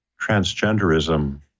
transgenderism